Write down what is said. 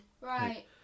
Right